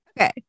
Okay